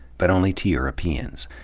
but only to europeans.